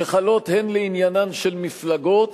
שחלות הן לעניינן של מפלגות